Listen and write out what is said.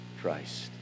Christ